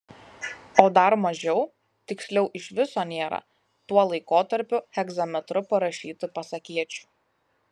o dar mažiau tiksliau iš viso nėra tuo laikotarpiu hegzametru parašytų pasakėčių